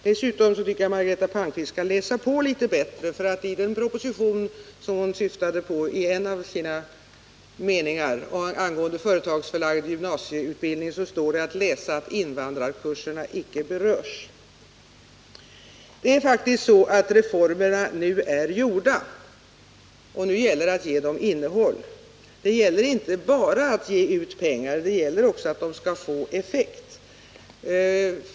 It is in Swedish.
Dessutom tycker jag att Margareta Palmqvist skall läsa på litet bättre. I den proposition angående företagsförlagd gymnasieutbildning som hon syftade på står det att läsa att invandrarkurserna icke berörs. Beslut har faktiskt redan fattats om reformerna — nu gäller det att ge dem innehåll. Det gäller inte bara att ge ut pengar — pengarna skall också få effekt.